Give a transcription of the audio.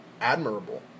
admirable